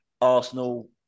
Arsenal